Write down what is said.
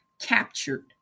captured